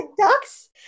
ducks